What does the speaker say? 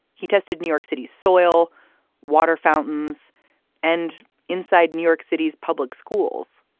he tested new york city's soil water fountains and inside new york city's public schools.